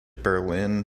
berlin